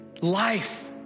life